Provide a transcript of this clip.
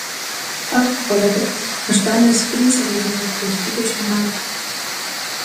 ak kolega aš danijos princą vaidinau prieš dvidešimt metų